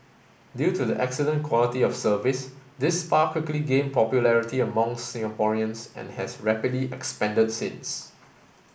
due to the excellent quality of service this spa quickly gained popularity amongst Singaporeans and has rapidly expanded since